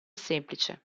semplice